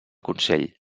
consell